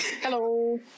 hello